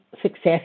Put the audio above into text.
success